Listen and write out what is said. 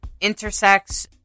intersex